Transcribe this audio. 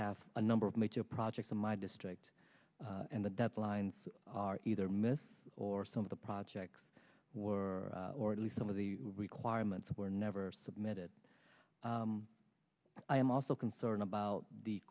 have a number of major projects in my district and the deadlines are either missed or some of the projects were or at least some of the requirements were never submitted i am also concerned about the